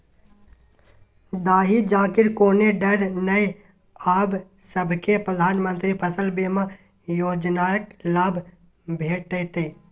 दाही जारीक कोनो डर नै आब सभकै प्रधानमंत्री फसल बीमा योजनाक लाभ भेटितै